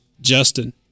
Justin